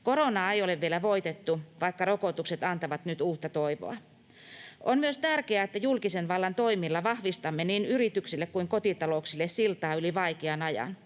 Koronaa ei ole vielä voitettu, vaikka rokotukset antavat nyt uutta toivoa. Tärkeää on myös, että julkisen vallan toimilla vahvistamme niin yrityksille kuin kotitalouksille siltaa yli vaikean ajan.